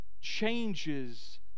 changes